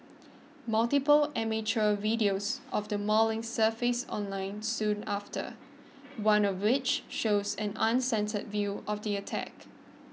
multiple amateur videos of the mauling surfaced online soon after one of which shows an uncensored view of the attack